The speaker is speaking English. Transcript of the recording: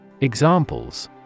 Examples